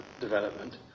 development